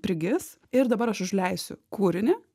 prigis ir dabar aš užleisiu kūrinį